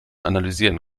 analysieren